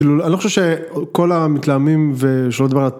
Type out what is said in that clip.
‫אני לא חושב שכל המתלהמים ‫ושלא לדבר על...